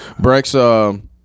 Brex